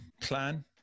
plan